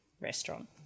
restaurant